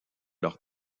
leur